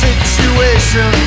Situation